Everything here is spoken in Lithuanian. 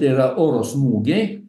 tai yra oro smūgiai